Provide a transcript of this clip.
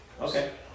Okay